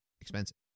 expensive